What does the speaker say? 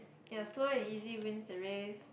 ya slow and easy wins the race